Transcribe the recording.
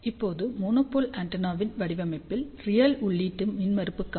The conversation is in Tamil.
இப்போது மோனோபோல் ஆண்டெனாவின் வடிவமைப்பில் ரியல் உள்ளீட்டு மின்மறுப்புக்கானது hr0